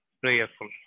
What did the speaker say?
prayerful